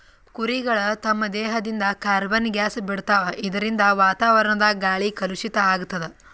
ಕುರಿಗಳ್ ತಮ್ಮ್ ದೇಹದಿಂದ್ ಕಾರ್ಬನ್ ಗ್ಯಾಸ್ ಬಿಡ್ತಾವ್ ಇದರಿಂದ ವಾತಾವರಣದ್ ಗಾಳಿ ಕಲುಷಿತ್ ಆಗ್ತದ್